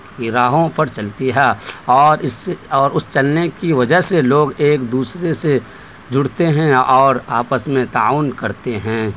کی راہوں پر چلتی ہے اور اس اور اس چلنے کی وجہ سے لوگ ایک دوسرے سے جڑتے ہیں اور آپس میں تعاون کرتے ہیں